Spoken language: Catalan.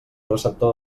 receptor